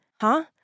Huh